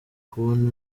kubona